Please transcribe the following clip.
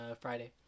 Friday